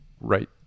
right